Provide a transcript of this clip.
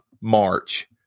March